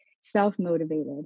self-motivated